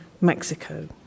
Mexico